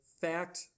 fact